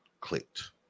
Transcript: clicked